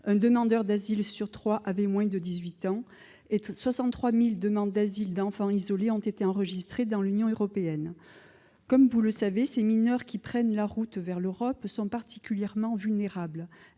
un demandeur d'asile sur trois avait moins de dix-huit ans et 63 000 demandes d'asile d'enfants isolés ont été enregistrées dans l'Union européenne. Comme vous le savez, ces mineurs qui prennent la route vers l'Europe sont particulièrement vulnérables.